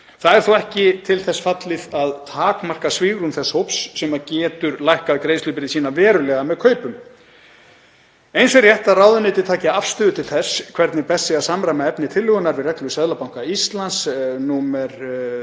Það er þó ekki til þess fallið að takmarka svigrúm þess hóps sem getur lækkað greiðslubyrði sína verulega með kaupum. Eins er rétt að ráðuneytið taki afstöðu til þess hvernig best sé að samræma efni tillögunnar við nýlegar reglur Seðlabanka Íslands, nr.